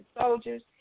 soldiers